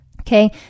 Okay